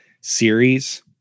series